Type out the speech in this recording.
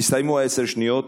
הסתיימו עשר השניות.